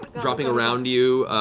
dropping around you.